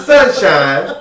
Sunshine